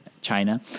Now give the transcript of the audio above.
China